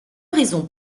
raisons